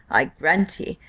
i grant ye,